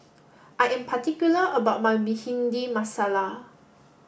I am particular about my Bhindi Masala